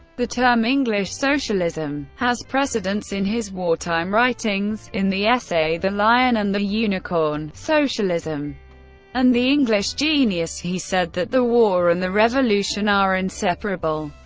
the term english socialism has precedents in his wartime writings in the essay the lion and the unicorn socialism and the english genius, he said that the war and the revolution are inseparable.